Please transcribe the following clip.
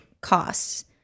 costs